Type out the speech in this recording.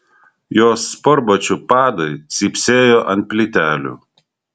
jos sportbačių padai cypsėjo ant plytelių